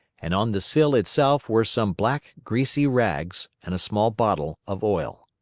and on the sill itself were some black, greasy rags and a small bottle of oil.